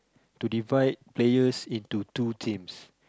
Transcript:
to divide players into two teams